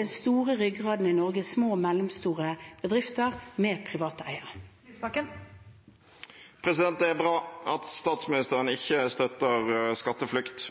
Den store ryggraden i Norge er små og mellomstore bedrifter med private eiere. Det blir oppfølgingsspørsmål – først Audun Lysbakken. Det er bra at statsministeren ikke støtter skatteflukt.